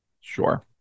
Sure